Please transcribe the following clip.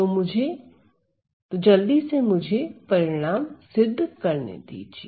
तो तो जल्दी से मुझे परिणाम सिद्ध करने दीजिए